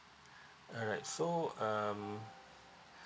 alright so um